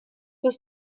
was